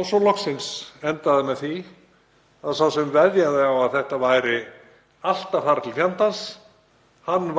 Og svo loksins endaði þetta með því að sá sem veðjaði á að þetta væri allt að fara til fjandans